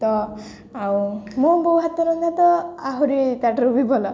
ତ ଆଉ ମୋ ବୋଉ ହାତ ରନ୍ଧା ତ ଆହୁରି ତା'ଠାରୁ ବି ଭଲ